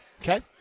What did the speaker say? Okay